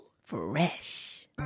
Fresh